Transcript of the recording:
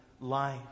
life